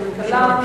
כלכלה.